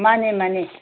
ꯃꯥꯟꯅꯦ ꯃꯥꯟꯅꯦ